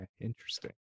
interesting